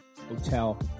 hotel